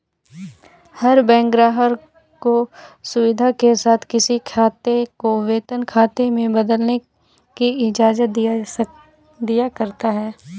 हर bank ग्राहक को सुविधा के साथ किसी खाते को वेतन खाते में बदलने की इजाजत दिया करता है